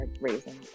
raising